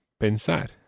pensar